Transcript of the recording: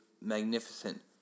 magnificent